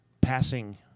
passing